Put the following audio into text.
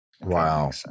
Wow